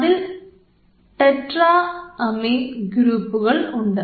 അതിൽ ടെട്രാമീൻ ഗ്രൂപ്പുകളുണ്ട്